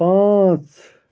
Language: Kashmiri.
پانٛژ